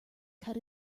cut